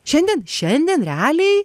šiandien šiandien realiai